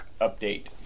update